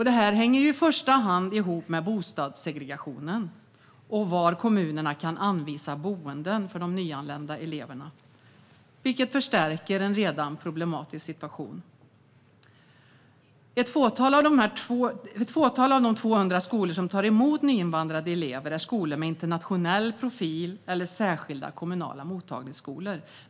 Detta hänger i första hand ihop med bostadssegregationen och var kommunerna kan anvisa boenden för de nyanlända eleverna, vilket förstärker en redan problematisk situation. Ett fåtal av de 200 skolor som tar emot många nyinvandrade elever är skolor med internationell profil eller särskilda kommunala mottagningsskolor.